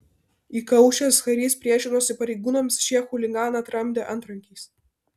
įkaušęs karys priešinosi pareigūnams šie chuliganą tramdė antrankiais